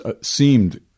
seemed